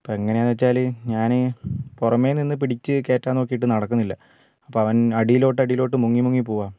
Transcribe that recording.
ഇപ്പോൾ എങ്ങേനെയാന്നുവെച്ചാല് ഞാന് പുറമേനിന്നു പിടിച്ചു കയറ്റാന് നോക്കിട്ട് നടക്കുന്നില്ല അപ്പോള് അവന് അടിലോട്ട് അടിലോട്ട് മുങ്ങി മുങ്ങി പോവ്വാ